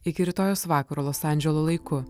iki rytojaus vakaro los andželo laiku